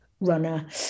runner